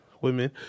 women